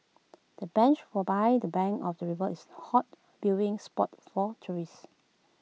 the bench or by the bank of the river is too hot viewing spot for tourists